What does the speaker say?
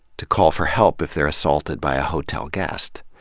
to call for help if they're assaulted by a hotel guest.